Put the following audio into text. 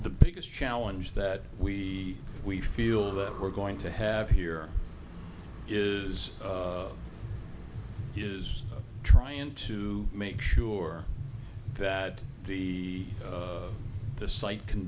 the biggest challenge that we we feel that we're going to have here is here is trying to make sure that the site can